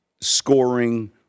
scoring